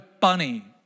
bunny